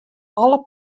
alle